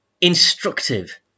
instructive